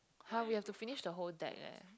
!huh! we have to finish the whole deck eh